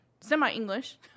Semi-English